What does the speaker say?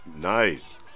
nice